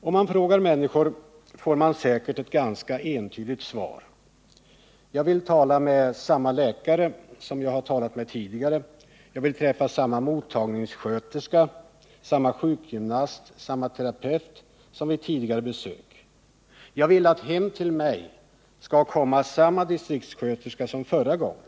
Om man frågade människor om detta, skulle man säkert få ett ganska entydigt svar: Jag vill tala med samma läkare som jag har talat med tidigare. Jag vill träffa samma mottagningssköterska, samma sjukgymnast, samma Nr 163 terapeut som vid tidigare besök. Jag vill att hem till mig skall komma samma Torsdagen den distriktssköterska som förra gången.